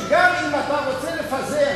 שגם אם אתה רוצה לפזר,